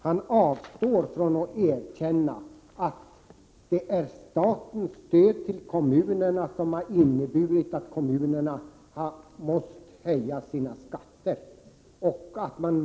Han avstår från att erkänna att det är statens stöd till kommunerna som har inneburit att kommunerna har måst höja sina skatter.